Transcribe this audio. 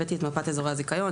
הבאתי את מפת אזורי הזיכיון,